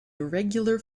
irregular